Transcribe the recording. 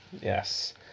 Yes